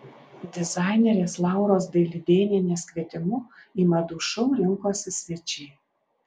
dizainerės lauros dailidėnienės kvietimu į madų šou rinkosi svečiai